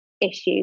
issues